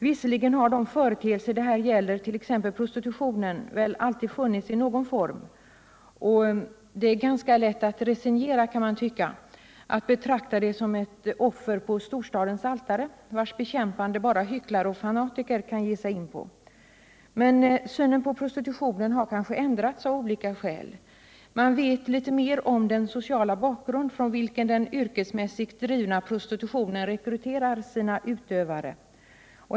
Visserligen har väl alltid de företeelser det här gäller, t.ex. prostitutionen, funnits i någon form, och man kan tycka att det är ganska lätt att resignera, att betrakta det som ett offer på storstadens altare, vars bekämpande bara hycklare och fanatiker kan ge sig in på. Men synen på prostitutionen har kanske ändrats av olika skäl. Man vet litet mer om den sociala bakgrund från vilken den yrkesmässigt bedrivna Nr 125 prostitutionen rekryterar sina utövare.